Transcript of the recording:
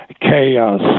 chaos